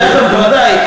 בוודאי,